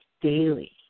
daily